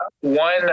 one